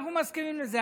ואנחנו מסכימים לזה.